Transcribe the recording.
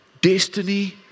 destiny